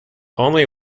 only